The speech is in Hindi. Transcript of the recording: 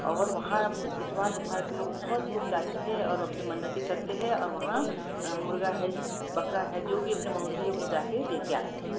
और वहाँ इतवार बुधवार के लोग बहुत लोग जाते हैं और अपने मन्नतें करते हैं और वहाँ मुर्ग़ा है बकरा है जो भी अपने मनौती है वो जा कर दे के आते हैं